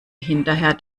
hinterher